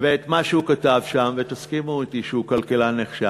ואת מה שנכתב שם, ותסכימו אתי שהוא כלכלן נחשב,